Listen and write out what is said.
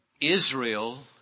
Israel